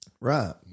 right